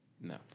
no